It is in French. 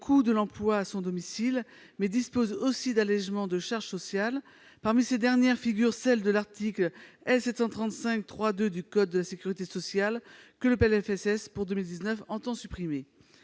de l'emploi à son domicile, mais aussi d'allégements de charges sociales. Parmi ces dernières figurent celles qui sont prévues à l'article L. 735-3-2 du code de la sécurité sociale que le PLFSS pour 2019 entend supprimer.